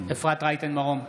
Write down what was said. אפרת רייטן מרום,